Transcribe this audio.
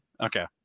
Okay